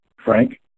frank